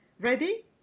Ready